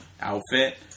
outfit